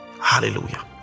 hallelujah